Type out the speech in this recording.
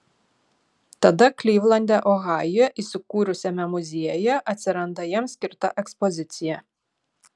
tada klivlande ohajuje įsikūrusiame muziejuje atsiranda jiems skirta ekspozicija